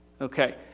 Okay